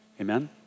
Amen